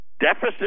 deficit